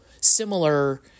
similar